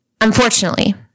Unfortunately